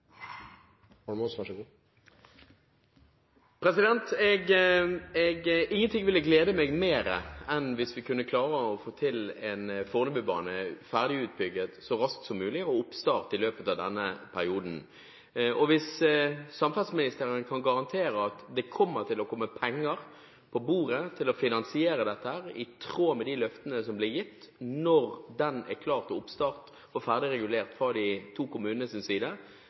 Fornebubanen ferdig utbygget så raskt som mulig og oppstart i løpet av denne perioden. Hvis samferdselsministeren kan garantere at det kommer til å komme penger på bordet til å finansiere dette når den er klar til oppstart og ferdig regulert fra de to kommunenes side